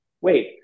wait